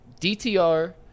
DTR